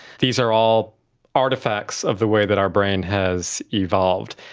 these are all artefacts of the way that our brain has evolved.